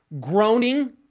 groaning